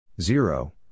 zero